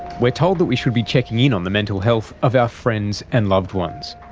we're told that we should be checking in on the mental health of our friends and loved ones.